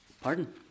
Pardon